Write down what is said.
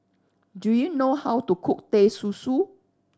do you know how to cook Teh Susu